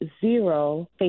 zero